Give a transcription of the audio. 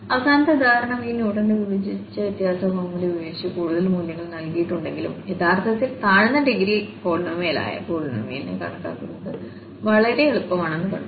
അവസാനത്തെ ഉദാഹരണം ഈ ന്യൂട്ടന്റെ വിഭജിച്ച വ്യത്യാസ ഫോർമുല ഉപയോഗിച്ച് കൂടുതൽ മൂല്യങ്ങൾ നൽകിയിട്ടുണ്ടെങ്കിലും യഥാർത്ഥത്തിൽ താഴ്ന്ന ഡിഗ്രീ പോളിനോമിയൽ ആയ പോളിനോമിയലിനെ കണക്കാക്കുന്നത് വളരെ എളുപ്പമാണെന്ന് കണ്ടു